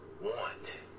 want